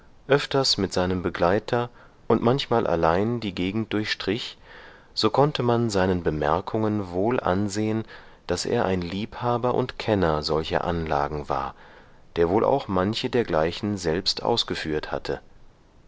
öfters mit seinem begleiter und manchmal allein die gegend durchstrich so konnte man seinen bemerkungen wohl ansehen daß er ein liebhaber und kenner solcher anlagen war der wohl auch manche dergleichen selbst ausgeführt hatte